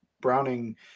Browning